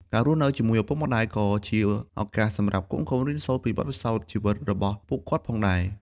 ការរស់នៅជាមួយឪពុកម្តាយ ក៏ជាឱកាសសម្រាប់កូនៗ រៀនសូត្រពីបទពិសោធន៍ជីវិតរបស់ពួកគាត់ផងដែរ។